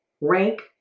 rank